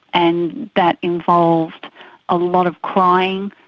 and that involved a lot of crying.